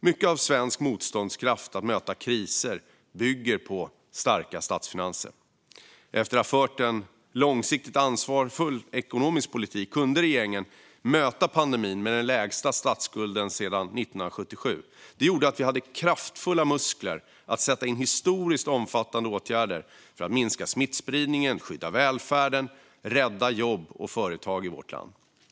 Mycket av svensk motståndskraft att möta kriser bygger på starka statsfinanser. Efter att ha fört en långsiktigt ansvarsfull ekonomisk politik kunde regeringen möta pandemin med den lägsta statsskulden sedan 1977. Det gjorde att vi hade kraftfulla muskler för att sätta in historiskt omfattande åtgärder för att minska smittspridningen, skydda välfärden och rädda jobb och företag i vårt land.